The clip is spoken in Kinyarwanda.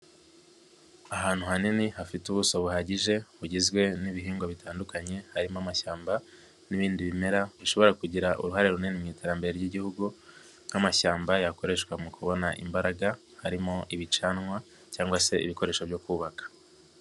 Ahantu hanini hafite ubuso buhagije bugizwe n'ibihingwa bitandukanye, harimo amashyamba n'ibindi bimera bishobora kugira uruhare runini mu iterambere ry'Igihugu, nk'amashyamba yakoreshwa mu kubona imbaraga, harimo ibicanwa cyangwa se ibikoresho byo kubaka.